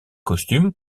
costumes